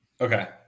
okay